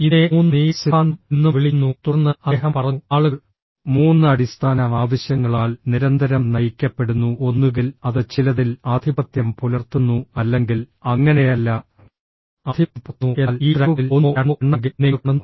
ഇതിനെ 3 നീഡ് സിദ്ധാന്തം എന്നും വിളിക്കുന്നു തുടർന്ന് അദ്ദേഹം പറഞ്ഞു ആളുകൾ 3 അടിസ്ഥാന ആവശ്യങ്ങളാൽ നിരന്തരം നയിക്കപ്പെടുന്നു ഒന്നുകിൽ അത് ചിലതിൽ ആധിപത്യം പുലർത്തുന്നു അല്ലെങ്കിൽ അങ്ങനെയല്ല ആധിപത്യം പുലർത്തുന്നു എന്നാൽ ഈ ഡ്രൈവുകളിൽ ഒന്നോ രണ്ടോ എണ്ണമെങ്കിലും നിങ്ങൾ കാണുന്നു